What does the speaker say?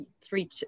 three